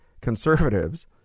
conservatives